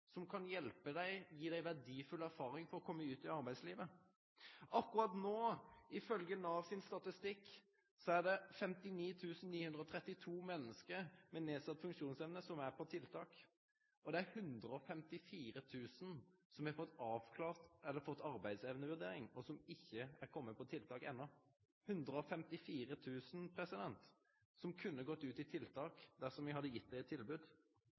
som kan hjelpe dei, gi dei verdfulle erfaringar for å kome ut i arbeidslivet. Akkurat no, ifølgje Nav sin statistikk, er det 59 932 menneske med nedsett funksjonsevne som er på tiltak. Og det er 154 000 som har fått avklart eller fått arbeidsevnevurdering, og som enno ikkje har kome på tiltak – 154 000 som kunne gått ut i tiltak dersom me hadde gitt dei eit tilbod.